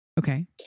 Okay